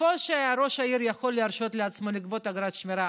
איפה שראש העיר יכול להרשות לעצמו לגבות אגרת שמירה,